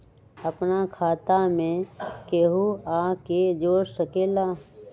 अपन खाता मे केहु आर के जोड़ सके ला?